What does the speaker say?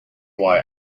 why